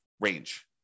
range